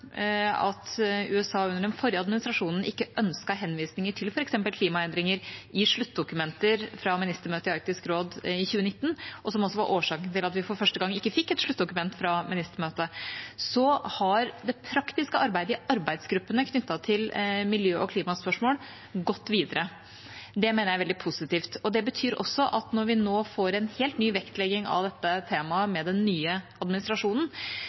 at USA under den forrige administrasjonen ikke ønsket henvisninger til f.eks. klimaendringer i sluttdokumenter fra ministermøtet i Arktisk råd i 2019, som også var årsaken til at vi for første gang ikke fikk et sluttdokument fra ministermøtet, har det praktiske arbeidet i arbeidsgruppene knyttet til miljø- og klimaspørsmål gått videre. Det mener jeg er veldig positivt. Det betyr også at når vi nå får en helt ny vektlegging av dette temaet med den nye administrasjonen,